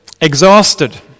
exhausted